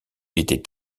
était